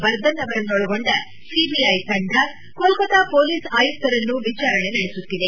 ಬರ್ದನ್ ಅವರನ್ನೊಳಗೊಂಡ ಸಿಬಿಐ ತಂಡ ಕೋಲ್ತತಾ ಮೊಲೀಸ್ ಆಯುಕ್ತರನ್ನು ವಿಚಾರಣೆ ನಡೆಸುತ್ತಿದೆ